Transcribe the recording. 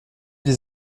les